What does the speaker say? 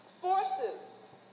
forces